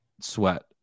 sweat